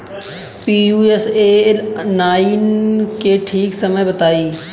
Pusa nine के ठीक समय बताई जाई?